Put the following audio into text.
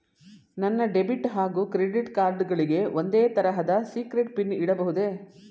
ನನ್ನ ಡೆಬಿಟ್ ಹಾಗೂ credit card ಗಳಿಗೆ ಒಂದೇ ತರಹದ ಸೀಕ್ರೇಟ್ ಪಿನ್ ಇಡಬಹುದೇ?